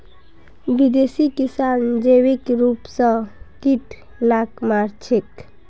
विदेशी किसान जैविक रूप स कीट लाक मार छेक